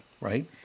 right